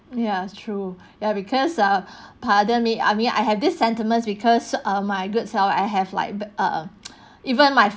ya true ya because ah pardon me I mean I have this sentiments because uh my good self I have like err even my